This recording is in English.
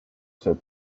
said